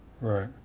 Right